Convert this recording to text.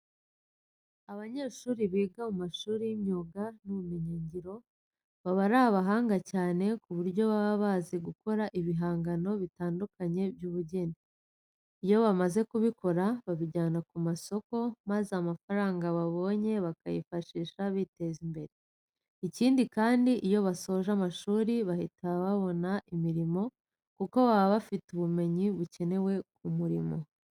Abanyeshuri biga mu mashuri y'imyuga n'ubumenyingiro baba ari abahanga cyane ku buryo baba bazi gukora ibihangano bitandukanye by'ubugeni. Iyo bamaze kubikora babijyana ku masoko maza amafaranga babonye bakayifashisha biteza imbere. Ikindi kandi, iyo basoje amashuri bahita babona imirimo, kuko baba bafite ubumenyi bukenewe ku murimo.